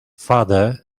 father